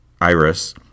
Iris